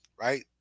right